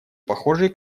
похожий